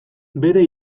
bere